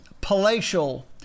palatial